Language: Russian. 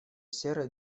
серой